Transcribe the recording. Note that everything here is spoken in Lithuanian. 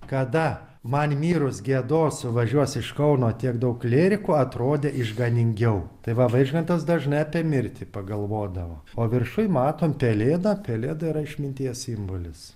kada man mirus giedos suvažiuos iš kauno tiek daug klierikų atrodė išganingiau tai va vaižgantas dažnai apie mirtį pagalvodavo o viršuj matom pelėdą pelėda yra išminties simbolis